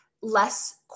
less